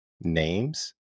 names